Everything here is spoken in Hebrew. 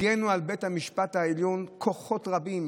הגנו על בית המשפט העליון כוחות רבים,